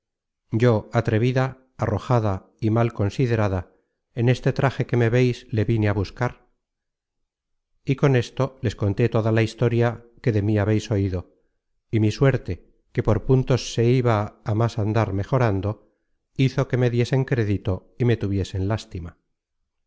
yo atrevida arrojada y mal considerada en este traje que me veis le vine a buscar y con esto les conté toda la historia que de mí habeis oido y mi suerte que por puntos se iba á más andar mejorando hizo que me diesen crédito y me tuviesen lástima